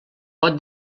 pot